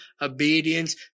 obedience